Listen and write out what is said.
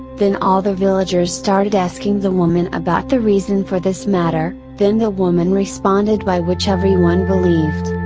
then all the villagers started asking the woman about the reason for this matter then the woman responded by which everyone believed.